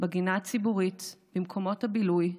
בגינה הציבורית, במקומות הבילוי,